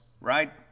right